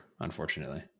unfortunately